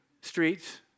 streets